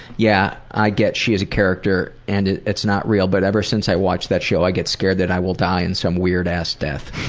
yeah, i get she's a character, and it's not real, but ever since i watched that show i get scared that i will die in some weird ass death.